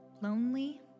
lonely